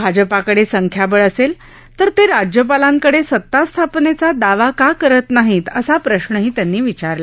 भाजपाकडे संख्याबळ असेल तर ते राज्यपालांकडे सतास्थापनेचा दावा का करीत नाहीत असा प्रश्नही त्यांनी विचारला